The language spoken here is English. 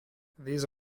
these